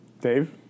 Dave